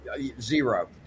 Zero